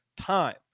time